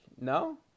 No